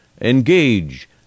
engage